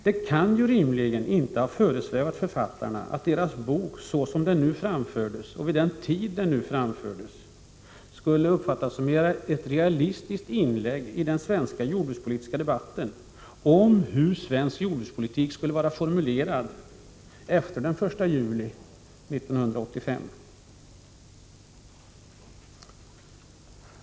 Det kan rimligen inte ha föresvävat författarna att deras bok, som den presenterades och vid den tidpunkt den framfördes, skulle uppfattas som ett realistiskt inlägg i debatten om hur svensk jordbrukspolitik skall formuleras efter den 1 juli 1985.